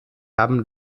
haben